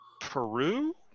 Peru